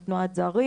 של תנועת זרים,